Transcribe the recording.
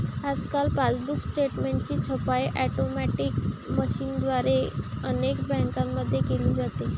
आजकाल पासबुक स्टेटमेंटची छपाई ऑटोमॅटिक मशीनद्वारे अनेक बँकांमध्ये केली जाते